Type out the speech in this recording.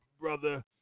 brother